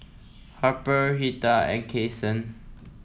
Harper Lita and Kason